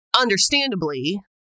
understandably